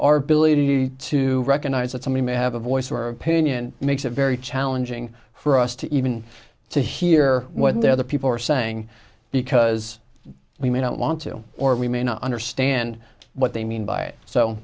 our ability to recognize that somebody may have a voice our opinion makes it very challenging for us to even to hear what the other people are saying because we may not want to or we may not understand what they mean by it so